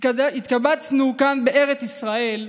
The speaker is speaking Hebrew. התקבצנו כאן, בארץ ישראל,